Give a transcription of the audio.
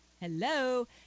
hello